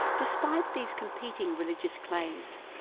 despite these competing religious claims,